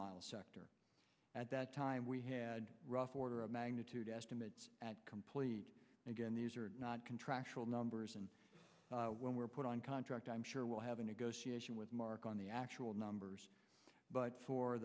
mile sector at that time we had rough order of magnitude estimate at complete again these are not contractual numbers and when we're put on contract i'm sure we'll have a negotiation with mark the actual numbers but for